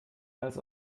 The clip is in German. als